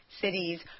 cities